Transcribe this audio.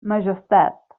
majestat